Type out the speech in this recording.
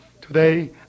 Today